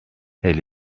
elle